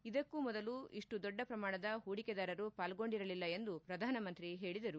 ಇದಕ್ಕೂ ಮೊದಲು ಇಷ್ಟು ದೊಡ್ಡ ಪ್ರಮಾಣದ ಹೂಡಿಕೆದಾರರು ಪಾಲ್ಗೊಂಡಿರಲಿಲ್ಲ ಎಂದು ಪ್ರಧಾನಮಂತ್ರಿ ಹೇಳಿದರು